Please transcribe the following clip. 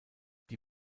die